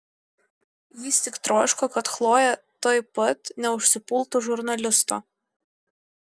jis tik troško kad chlojė tuoj pat neužsipultų žurnalisto